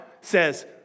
says